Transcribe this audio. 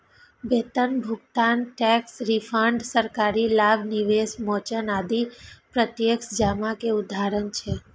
वेतन भुगतान, tax refund, सरकारी लाभ, निवेश मोचन आदि प्रत्यक्ष जमा के उदाहरण छियै